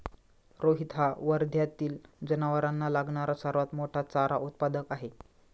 रोहित हा वर्ध्यातील जनावरांना लागणारा सर्वात मोठा चारा उत्पादक आहे